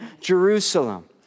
Jerusalem